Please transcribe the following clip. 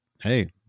Hey